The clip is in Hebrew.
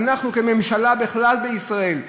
אנחנו כממשלה בכלל בישראל,